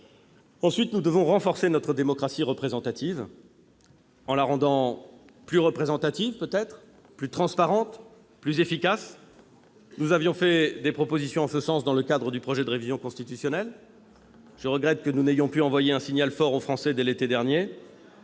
Eh oui ! Nous devons également renforcer notre démocratie représentative, en la rendant plus représentative, plus transparente et plus efficace. Nous avions fait des propositions en ce sens dans le cadre du projet de révision constitutionnelle. Je regrette que nous n'ayons pu envoyer un signal fort aux Français dès l'été dernier.